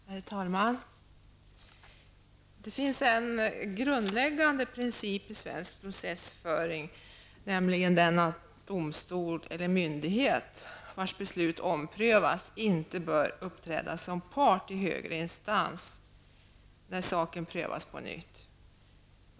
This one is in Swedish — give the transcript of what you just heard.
Herr talman! Det finns en grundläggande princip i svensk processföring, nämligen att domstol eller myndighet vars beslut omprövas inte bör uppträda som part i högre instans när saken prövas på nytt.